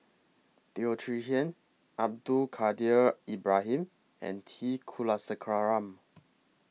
Teo Chee Hean Abdul Kadir Ibrahim and T Kulasekaram